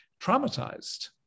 traumatized